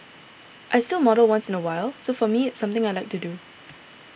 I still model once in a while so for me it's something I like to do